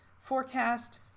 forecast